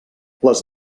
les